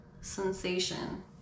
sensation